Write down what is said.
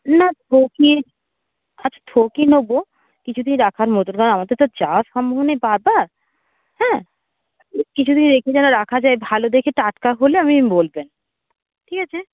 না থোকই আচ্ছা থোকই নেব কিছুদিন রাখার মতন কারণ আমাদের তো যাওয়া সম্ভব নয় বারবার হ্যাঁ কিছুদিন রেখে যেন রাখা যায় ভালো দেখে টাটকা হলে আমায় বলবেন ঠিক আছে